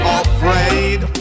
afraid